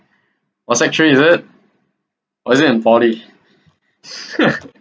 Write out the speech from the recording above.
was sec~ three is it or is it in poly